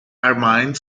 ermine